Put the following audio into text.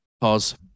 Pause